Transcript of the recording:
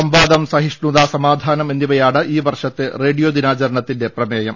സംവാദം സഹിഷ്ണുത സമാധാനം എന്നിവയാണ് ഈ വർഷത്തെ റേഡിയോ ദിനാചരണത്തിന്റെ പ്രമേയം